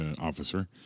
officer